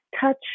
touch